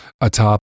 atop